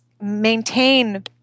maintain